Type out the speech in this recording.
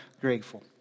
grateful